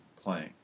playing